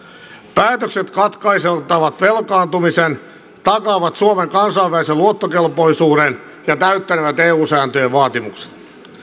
päätökset katkaisevat velkaantumisen takaavat suomen kansainvälisen luottokelpoisuuden ja täyttänevät eu sääntöjen vaatimukset